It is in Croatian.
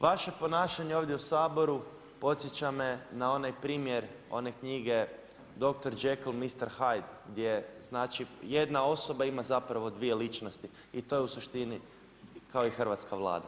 Vaše ponašanje ovdje u Saboru podsjeća me na onaj primjer one knjige doktor Jekyll mister Hyde, gdje znači jedna osoba ima zapravo dvije ličnosti i to je u suštini kao i hrvatska Vlada.